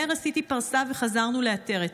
מהר עשיתי פרסה וחזרנו לעטרת.